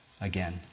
again